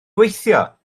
gweithio